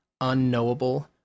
unknowable